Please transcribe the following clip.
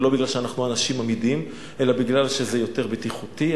ולא בגלל שאנחנו אנשים אמידים אלא בגלל שזה יותר בטיחותי.